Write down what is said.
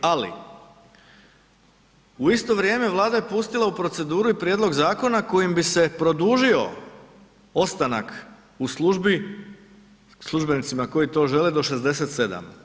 Ali u isto vrijeme Vlada je pustila u proceduru i prijedlog zakona kojim bi se produžio ostanak u službi službenicima koji to žele do 67.